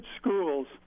schools